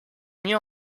mieux